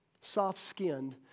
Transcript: soft-skinned